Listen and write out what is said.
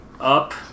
up